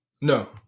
No